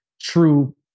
true